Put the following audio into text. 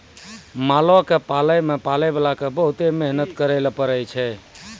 मालो क पालै मे पालैबाला क बहुते मेहनत करैले पड़ै छै